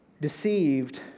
deceived